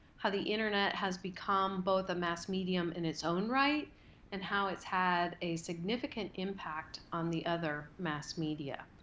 how the internet has become both a mass medium in its own right and how it's had a significant impact on the other mass media.